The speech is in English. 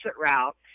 route